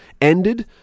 ended